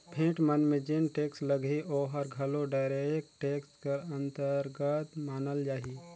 भेंट मन में जेन टेक्स लगही ओहर घलो डायरेक्ट टेक्स कर अंतरगत मानल जाही